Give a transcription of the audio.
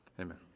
Amen